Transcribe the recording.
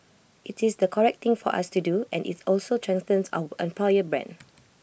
IT is the correct thing for us to do and IT also strengthens our employer brand